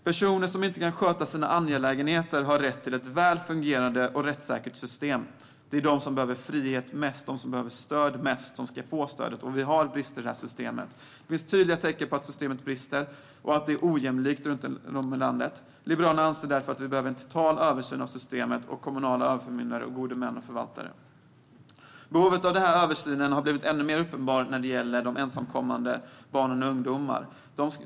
Personer som inte kan sköta sina angelägenheter har rätt till ett väl fungerande och rättssäkert system. Det är de som mest behöver frihet och stöd som ska få stöd. Det finns tydliga tecken på att systemet brister och att det är ojämlikt runt om i landet. Liberalerna anser därför att det behövs en total översyn av systemet med kommunala överförmyndare, gode män och förvaltare. Behovet av denna översyn har blivit än mer uppenbart när det gäller ensamkommande barn och ungdomar.